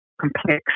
complex